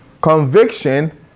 Conviction